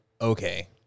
okay